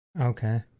Okay